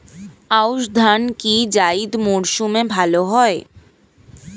আউশ ধান কি জায়িদ মরসুমে ভালো হয়?